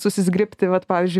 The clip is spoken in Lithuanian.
susizgribti vat pavyzdžiui